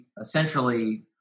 essentially